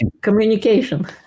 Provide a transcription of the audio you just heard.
Communication